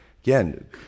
Again